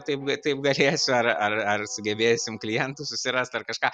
taip ga taip galėsiu ar ar sugebėsim klientų susirast ar kažką